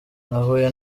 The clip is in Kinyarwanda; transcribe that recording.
nahuye